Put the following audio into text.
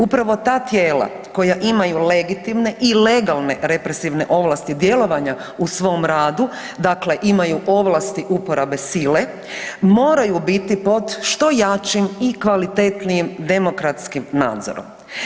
Upravo ta tijela koja imaju legitimne i legalne represivne ovlasti djelovanja u svom radu, dakle imaju ovlasti uporabe sile, moraju biti pod što jačim i kvalitetnijim demokratskim nadzorom.